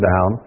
down